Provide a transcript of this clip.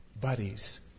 buddies